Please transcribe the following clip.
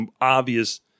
obvious